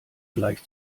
gleich